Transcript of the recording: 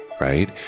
right